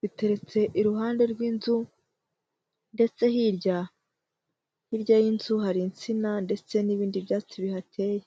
giteretse iruhande rw'inzu ndetse hirya, hirya y'inzu hari insina ndetse n'ibindi byatsi bihateye.